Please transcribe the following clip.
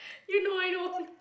you know I know